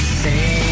say